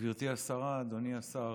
גברתי השרה, אדוני השר,